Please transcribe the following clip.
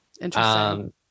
Interesting